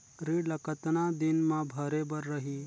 ऋण ला कतना दिन मा भरे बर रही?